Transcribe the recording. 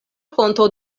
fonto